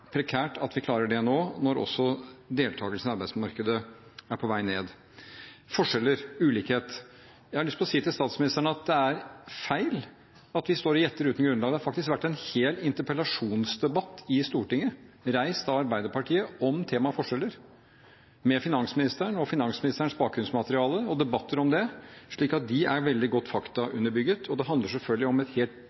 prekært at vi klarer det nå når også deltakelsen i arbeidsmarkedet er på vei ned. Forskjeller og ulikhet: Jeg har lyst til å si til statsministeren at det er feil at vi står og gjetter uten grunnlag. Det har faktisk vært en hel interpellasjonsdebatt i Stortinget reist av Arbeiderpartiet om temaet forskjeller med finansministeren og finansministerens bakgrunnsmateriale og debatter om det, slik at det er veldig godt faktaunderbygget, og det handler selvfølgelig om